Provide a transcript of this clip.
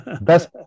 best